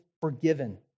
forgiven